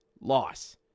loss